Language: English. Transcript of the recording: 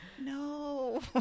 No